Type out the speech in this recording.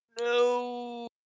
no